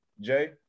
Jay